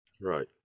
right